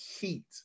heat